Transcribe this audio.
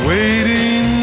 Waiting